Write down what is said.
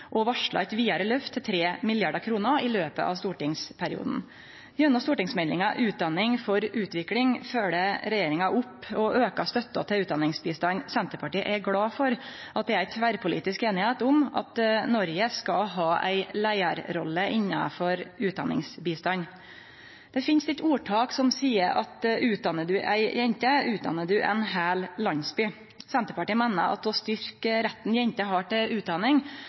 og varsla eit vidare løft til 3 mrd. kr i løpet av stortingsperioden. Gjennom stortingsmeldinga Utdanning for utvikling følgjer regjeringa opp og aukar støtta til utdanningsbistand. Senterpartiet er glad for at det er tverrpolitisk einigheit om at Noreg skal ha ei leiarrolle innanfor utdanningsbistand. Det finst eit ordtak som seier at utdannar du ei jente, utdannar du ein heil landsby. Senterpartiet meiner at å styrkje retten jenter har til utdanning,